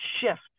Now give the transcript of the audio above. shift